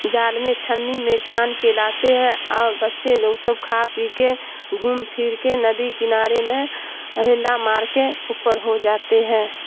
جال میں چھنی میں چھان کے لاتے ہیں اور بچے لوگ سب کھا پی کے گھوم پھر کے ندی کنارے میں ہیلا مار کے اوپر ہو جاتے ہیں